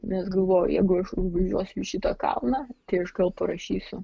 vis galvoju jeigu aš užvažiuosiu į šitą kalną tai aš gal parašysiu